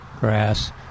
grass